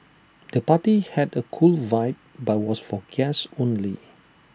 the party had A cool vibe but was for guests only